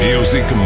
Music